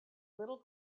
little